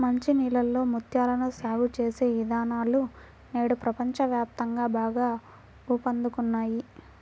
మంచి నీళ్ళలో ముత్యాలను సాగు చేసే విధానాలు నేడు ప్రపంచ వ్యాప్తంగా బాగా ఊపందుకున్నాయి